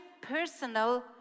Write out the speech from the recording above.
personal